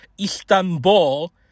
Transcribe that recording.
Istanbul